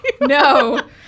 no